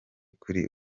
kuri